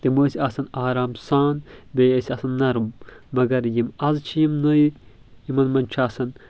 تِم ٲسۍ آسان آرام سان بیٚیہِ ٲسۍ آسان نرم مگر یِم از چھِ یِم نٔوۍ یِمن منٛز چھِ آسان